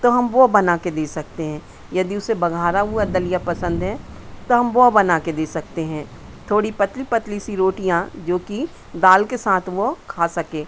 तो हम वो बना के दे सकते हैं यदि उसे बघारा हुआ दलिया पसंद है तो हम वह बना के दे सकते हैं थोड़ी पतली पतली सी रोटियाँ जोकि दाल के साथ वो खा सके